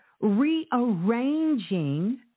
rearranging